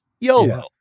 YOLO